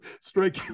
strike